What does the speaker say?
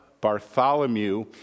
Bartholomew